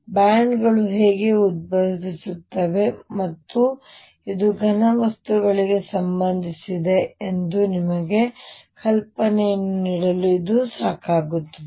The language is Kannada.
ಮತ್ತು ಬ್ಯಾಂಡ್ಗಳು ಹೇಗೆ ಉದ್ಭವಿಸುತ್ತವೆ ಮತ್ತು ಇದು ಘನವಸ್ತುಗಳಿಗೆ ಸಂಬಂಧಿಸಿದೆ ಎಂದು ನಿಮಗೆ ಕಲ್ಪನೆಯನ್ನು ನೀಡಲು ಇದು ಸಾಕಾಗುತ್ತದೆ